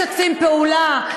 משתפים פעולה,